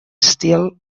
still